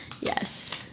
Yes